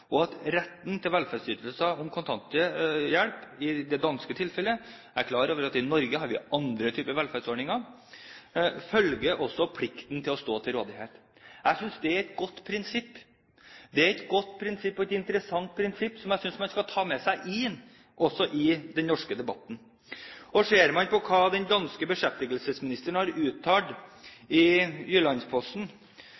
og at med retten til velferdsytelser som kontanthjelp, i det danske tilfellet – jeg er klar over at vi i Norge har andre typer velferdsordninger – følger også plikten om å stå til rådighet. Jeg synes det er et godt prinsipp, det er et godt og et interessant prinsipp som jeg synes man skal ta med seg inn også i den norske debatten. Ser man på hva den danske beskjeftigelsesministeren har uttalt